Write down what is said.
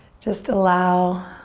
just allow